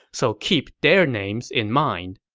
so keep their names in mind.